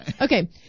Okay